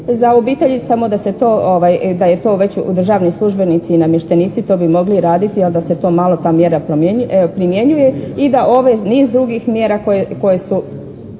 za obitelji samo da je to već, državni službenici i namještenici to bi mogli raditi ali da se to malo ta mjera primjenjuje i da ove niz drugih mjera koje su